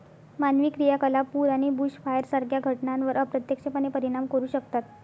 मानवी क्रियाकलाप पूर आणि बुशफायर सारख्या घटनांवर अप्रत्यक्षपणे परिणाम करू शकतात